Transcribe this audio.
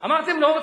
נניח